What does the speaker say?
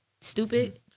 Stupid